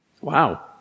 Wow